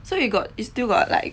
so you got you still got like